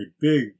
big